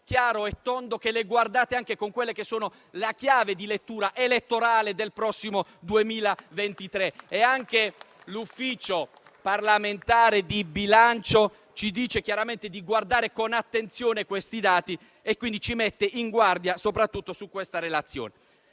chiaro e tondo che le guardate anche con la chiave di lettura elettorale del prossimo 2023. Anche l'Ufficio parlamentare di bilancio ci dice chiaramente di guardare con attenzione tali dati, quindi ci mette in guardia soprattutto su questa relazione.